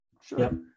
sure